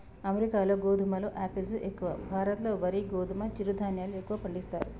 అమెరికాలో గోధుమలు ఆపిల్స్ ఎక్కువ, భారత్ లో వరి గోధుమ చిరు ధాన్యాలు ఎక్కువ పండిస్తారు